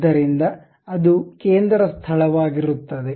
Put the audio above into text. ಆದ್ದರಿಂದ ಅದು ಕೇಂದ್ರ ಸ್ಥಳವಾಗಿರುತ್ತದೆ